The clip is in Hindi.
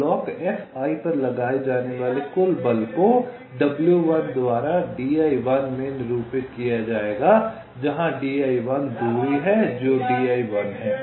तो ब्लॉक Fi पर लगाए जाने वाले कुल बल को w1 द्वारा di1 में निरूपित किया जाएगा जहां di1 दूरी है जो di1 di1 है